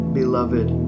beloved